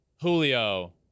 Julio